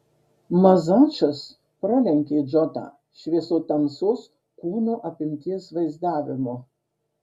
mazačas pralenkė džotą šviesotamsos kūno apimties vaizdavimu